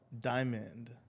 Diamond